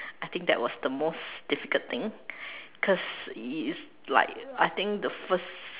I think that was the most difficult thing cause you like I think the first